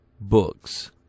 books